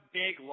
big